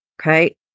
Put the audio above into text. Okay